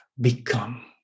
become